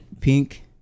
Pink